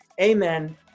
Amen